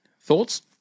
thoughts